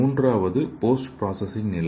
மூன்றாவது post processing நிலை